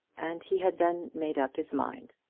and he had then made up his mind.